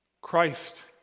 Christ